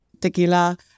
tequila